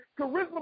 charisma